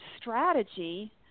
strategy